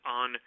on